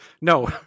No